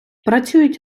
працюють